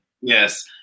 Yes